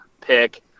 pick